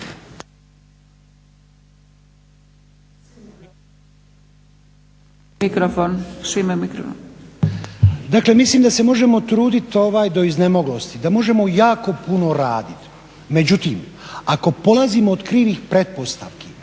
**Lučin, Šime (SDP)** Dakle, mislim da se možemo truditi do iznemoglosti, da možemo jako puno raditi, međutim ako polazimo od krivih pretpostavki